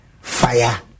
Fire